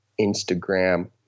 Instagram